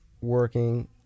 working